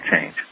change